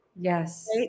Yes